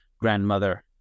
grandmother